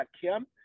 Kim